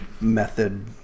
Method